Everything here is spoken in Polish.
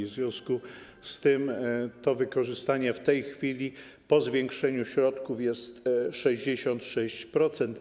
W związku z tym to wykorzystanie w tej chwili, po zwiększeniu środków, jest na poziomie 66%.